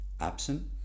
absent